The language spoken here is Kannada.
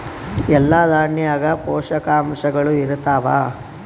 ಎಲ್ಲಾ ದಾಣ್ಯಾಗ ಪೋಷಕಾಂಶಗಳು ಇರತ್ತಾವ?